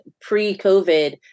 pre-covid